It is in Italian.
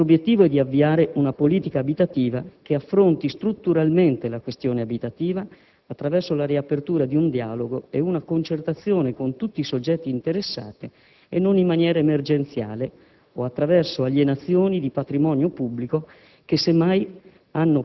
Il nostro obiettivo è di avviare una politica abitativa che affronti strutturalmente la questione abitativa attraverso la riapertura di un dialogo e una concertazione con tutti i soggetti interessati e non in maniera emergenziale o attraverso alienazioni di patrimonio pubblico che hanno